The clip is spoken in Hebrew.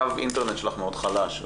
קו האינטרנט שלך מאוד חלש.